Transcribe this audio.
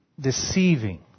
deceiving